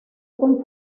con